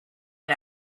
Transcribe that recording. and